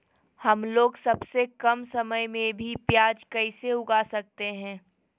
हमलोग सबसे कम समय में भी प्याज कैसे उगा सकते हैं?